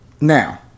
Now